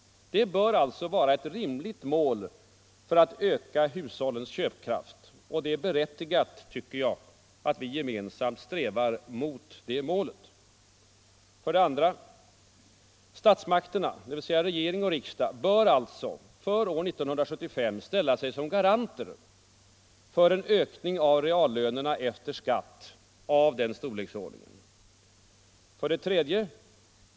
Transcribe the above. Det bör alltså vara ett rimligt mål för att öka hushållens köpkraft. Jag tycker att det är berättigat att vi gemensamt strävar mot det målet. 2. Statsmakterna — dvs. regering och riksdag — bör därför för 1975 ställa sig som garanter för en ökning av reallönerna efter skatt av denna storleksordning. 3.